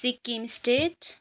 Sikkim state